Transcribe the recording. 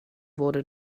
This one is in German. wurde